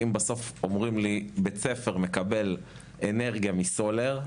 אם אומרים לי שבית ספר מקבל אנרגיה מסולר,